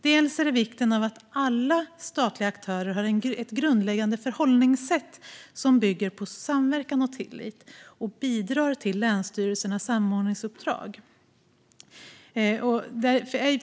Den andra aspekten är vikten av att alla statliga aktörer har ett grundläggande förhållningssätt som bygger på samverkan och tillit och bidrar till länsstyrelsernas samordningsuppdrag.